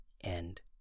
end